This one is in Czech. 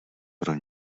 pro